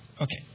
Okay